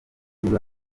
nibwo